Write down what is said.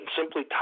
simply